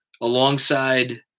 alongside